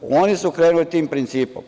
Oni su krenuli tim principom.